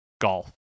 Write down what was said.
golf